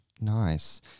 Nice